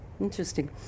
Interesting